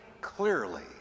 clearly